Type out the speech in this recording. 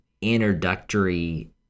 introductory